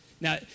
Now